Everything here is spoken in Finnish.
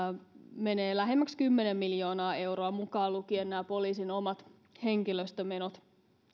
menee lähemmäs kymmenen miljoonaa euroa mukaan lukien poliisin omat henkilöstömenot